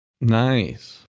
Nice